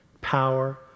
power